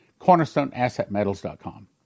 CornerstoneAssetMetals.com